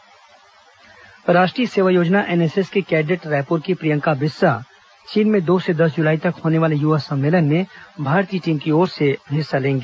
Priyanka NSS राष्ट्रीय सेवा योजना एनएसएस की कैंडेट रायपुर की प्रियंका बिस्सा चीन में दो से दस जुलाई तक होने वाले युवा सम्मेलन में भारतीय टीम की ओर से हिस्सा लेंगी